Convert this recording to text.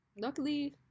luckily